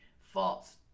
false